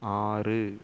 ஆறு